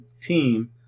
team